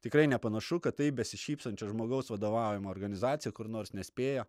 tikrai nepanašu kad taip besišypsančio žmogaus vadovavimo organizacija kur nors nespėja